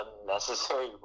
unnecessary